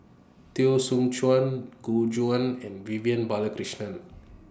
Teo Soon Chuan Gu Juan and Vivian Balakrishnan